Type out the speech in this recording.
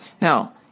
Now